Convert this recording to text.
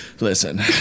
Listen